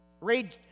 Read